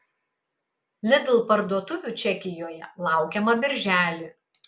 lidl parduotuvių čekijoje laukiama birželį